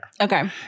Okay